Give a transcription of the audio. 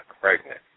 pregnant